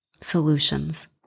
solutions